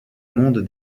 monde